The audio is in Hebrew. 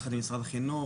יחד עם משרד החינוך,